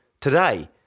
today